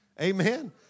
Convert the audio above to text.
Amen